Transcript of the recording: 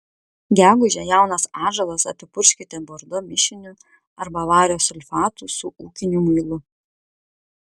gegužę jaunas atžalas apipurkškite bordo mišiniu arba vario sulfatu su ūkiniu muilu